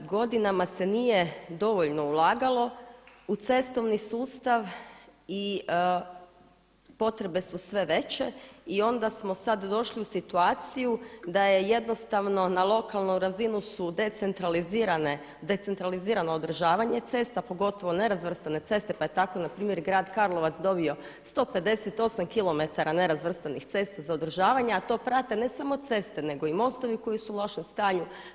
Godinama se nije dovoljno ulagalo u cestovni sustav i potrebe su sve veće i onda smo sad došli u situaciju da je jednostavno na lokalnu razinu su decentralizirano održavanje cesta pogotovo nerazvrstane ceste, pa je tako na primjer grad Karlovac dobio 158 kilometara nerazvrstanih cesta za održavanje, a to prate ne samo ceste, nego i mostovi koji su u lošem stanju.